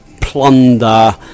plunder